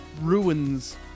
ruins